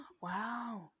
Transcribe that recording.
Wow